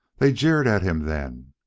they jeered at him then.